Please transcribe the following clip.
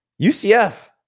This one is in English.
UCF